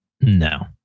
no